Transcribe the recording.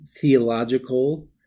theological